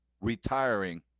retiring